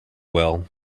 well